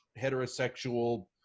heterosexual